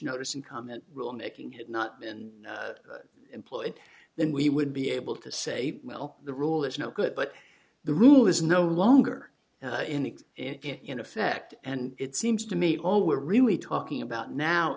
notice and comment rule making had not been employed then we would be able to say well the rule is no good but the rule is no longer in it in effect and it seems to me all we're really talking about now